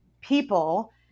people